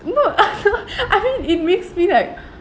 no I I think it makes me like